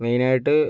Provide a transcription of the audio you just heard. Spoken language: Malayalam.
മെയിനായിട്ട്